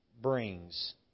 brings